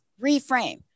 reframe